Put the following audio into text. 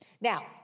Now